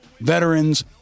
Veterans